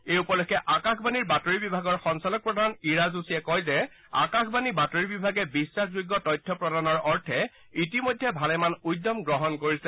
এই উপলক্ষে আকাশবাণী বাতৰি বিভাগৰ সঞ্চালক প্ৰধান ইৰা যোশীয়ে কয় যে আকাশবাণী বাতৰি বিভাগে বিশ্বাসযোগ্য তথ্য প্ৰদানৰ অৰ্থে ইতিমধ্যে ভালেমান উদ্যম গ্ৰহণ কৰিছে